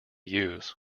use